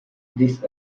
this